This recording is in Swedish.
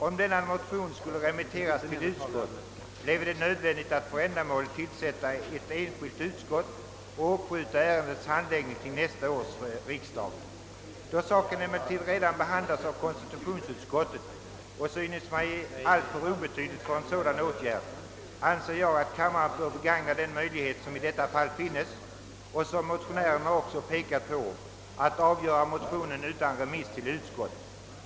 Om denna motion skulle remitteras till utskott, bleve det nödvändigt att för ändamålet tillsätta ett enskilt utskott och uppskjuta ärendets handläggning till nästa års riksdag. Då saken emellertid redan behandlats av konstitutionsutskottet och synes mig alltför obetydlig för en sådan åtgärd, anser jag att kammaren bör begagna den möjlighet som i detta fall finns — och som motionärerna också pekat på — att avgöra motionen utan remiss till utskott.